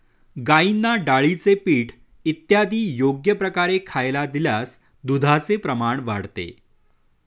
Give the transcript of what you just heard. गाईंना डाळीचे पीठ इत्यादी योग्य प्रकारे खायला दिल्यास दुधाचे प्रमाण वाढते